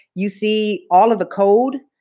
you see all of the code